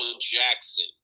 Jackson